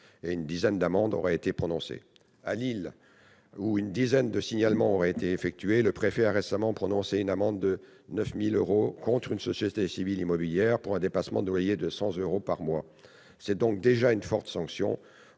Une dizaine d'amendes auraient été prononcées. À Lille, où une dizaine de signalements auraient été effectués, le préfet a récemment prononcé une amende de 9 000 euros contre une société civile immobilière, pour un dépassement de loyer de 100 euros par mois. Il s'agit donc déjà d'une forte sanction.